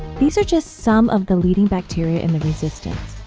these are just some of the leading bacteria in the resistance.